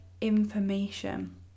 information